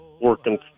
working